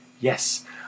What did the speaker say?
Yes